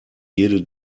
jede